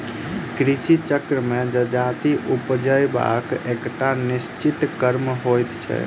कृषि चक्र मे जजाति उपजयबाक एकटा निश्चित क्रम होइत छै